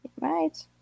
Right